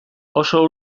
oso